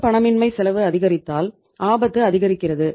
ரொக்கப்பணமின்மை செலவு அதிகரித்தால் ஆபத்து அதிகரிக்கிறது